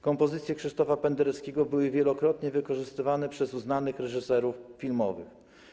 Kompozycje Krzysztofa Pendereckiego były wielokrotnie wykorzystywane przez uznanych reżyserów filmowych.